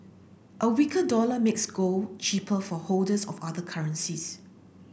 a weaker dollar makes gold cheaper for holders of other currencies